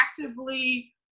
actively